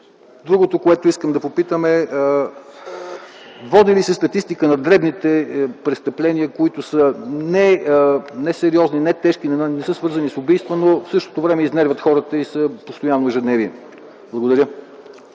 Другото, което искам да попитам, е води ли се статистика на дребните престъпления, които са несериозни, не тежки, не са свързани с убийства, но в същото време изнервят хората и са постоянно ежедневие? Благодаря.